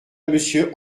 monsieur